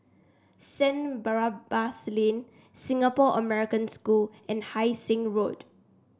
Saint Barnabas Lane Singapore American School and Hai Sing Road